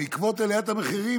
בעקבות עליית המחירים,